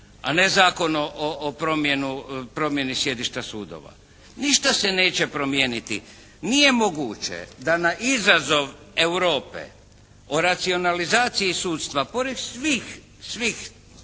a ne Zakon o promjeni sjedišta sudova. Ništa se neće promijeniti. Nije moguće da na izazov Europe o racionalizaciji sudstva pored svih